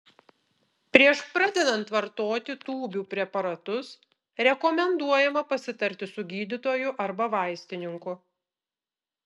prieš pradedant vartoti tūbių preparatus rekomenduojama pasitarti su gydytoju arba vaistininku